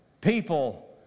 people